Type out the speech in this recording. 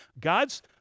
god's